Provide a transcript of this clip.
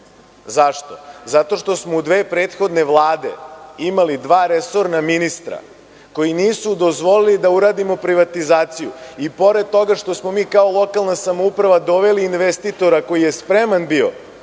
Zašto? Zato što smo u dve prethodne vlade imali dva resorna ministra koji nisu dozvolili da uradimo privatizaciju i pored toga što smo mi kao lokalna samouprava doveli investitora koji je spreman bio